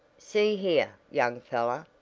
see here young feller!